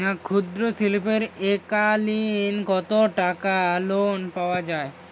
ক্ষুদ্রশিল্পের এককালিন কতটাকা লোন পাওয়া য়ায়?